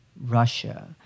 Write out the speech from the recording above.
Russia